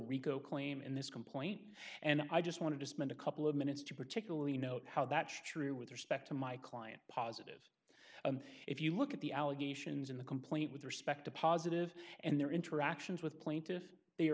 rico claim in this complaint and i just wanted to spend a couple of minutes to particularly note how that's true with respect to my client positive if you look at the allegations in the complaint with respect to positive and their interactions with